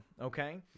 Okay